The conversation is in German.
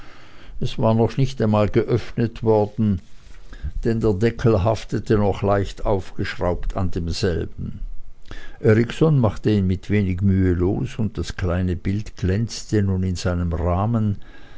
es war noch nicht einmal geöffnet worden denn der deckel haftete noch leicht aufgeschraubt an demselben erikson machte ihn mit wenig mühe los und das kleine bild glänzte nun in seinem rahmen